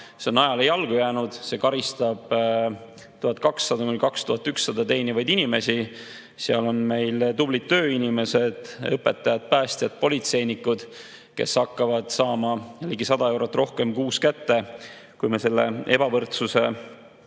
See on ajale jalgu jäänud. See karistab 1200–2100 [eurot] teenivaid inimesi. Meil on tublid tööinimesed, õpetajad, päästjad, politseinikud, kes hakkavad saama ligi 100 eurot rohkem kuus kätte, kui me selle ebavõrdsuse